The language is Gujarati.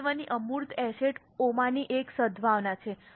મહત્વની અમૂર્ત એસેટ ઓમાંની એક સદ્ભાવના છે